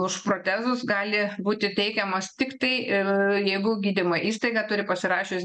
už protezus gali būti teikiamos tiktai ir jeigu gydymo įstaiga turi pasirašius